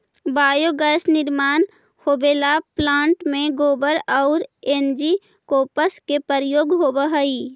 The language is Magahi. बायोगैस निर्माण होवेला प्लांट में गोबर औउर एनर्जी क्रॉप्स के प्रयोग होवऽ हई